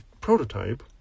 prototype